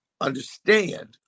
understand